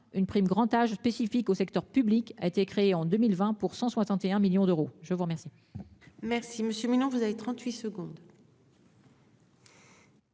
une prime grand âge spécifique au secteur public a été créé en 2020 pour 161 millions d'euros. Je vous remercie. Merci Monsieur Mignon, vous avez 38 secondes.